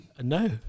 No